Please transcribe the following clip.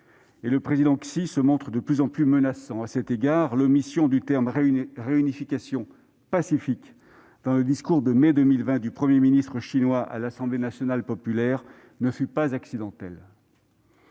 et le Président Xi se montre de plus en plus menaçant. À cet égard, l'omission des termes « réunification pacifique » dans le discours de mai 2020 du Premier ministre chinois à l'Assemblée nationale populaire ne fut pas accidentelle.